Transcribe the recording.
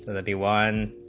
the one